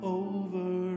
over